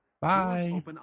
Bye